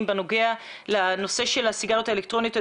בנוגע לנושא של הסיגריות האלקטרוניות,